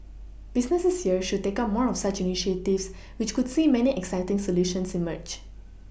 businesses here should take up more of such initiatives which could see many exciting solutions emerge